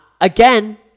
again